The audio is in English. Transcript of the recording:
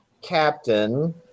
captain